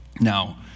Now